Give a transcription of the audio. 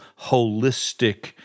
holistic